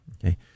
Okay